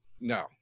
No